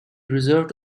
reserved